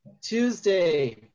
Tuesday